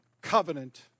covenant